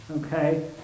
okay